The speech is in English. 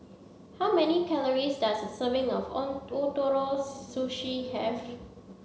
how many calories does a serving of Ootoro Sushi have